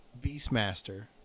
Beastmaster